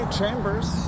Chambers